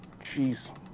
jeez